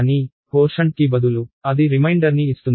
కానీ గుణకం కి బదులు అది రిమైండర్ని ఇస్తుంది